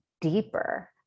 deeper